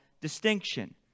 distinction